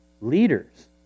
leaders